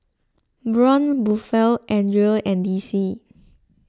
Braun Buffel andre and D C